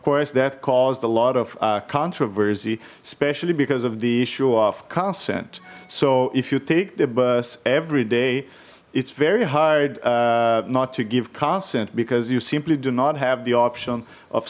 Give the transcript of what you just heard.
course that caused a lot of controversy especially because of the issue of consent so if you take the bus every day it's very hard not to give constant because you simply do not have the option of